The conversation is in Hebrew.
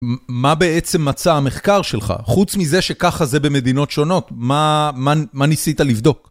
מה בעצם מצא המחקר שלך? חוץ מזה שככה זה במדינות שונות, מה ניסית לבדוק?